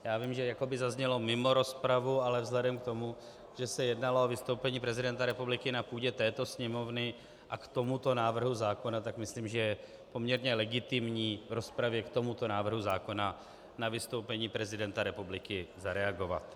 Vím, že jakoby zaznělo mimo rozpravu, ale vzhledem k tomu, že se jednalo o vystoupení prezidenta republiky na půdě této Sněmovny a k tomuto návrhu zákona, tak myslím, že je poměrně legitimní v rozpravě k tomuto návrhu zákona na vystoupení prezidenta republiky zareagovat.